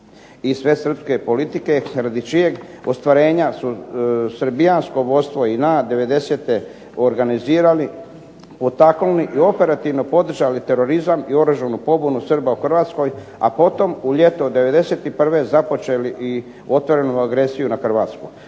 i svesrpske politike radi čijeg ostvarenja su srbijansko vodstvo i JNA '90.—te organizirali, potaknuli i operativno podržali terorizam i oružanu pobunu Srba u Hrvatskoj, a potom u ljeto '91. započeli i otvorenu agresiju na Hrvatsku.